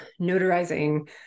notarizing